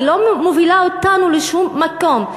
היא לא מובילה אותנו לשום מקום.